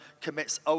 commits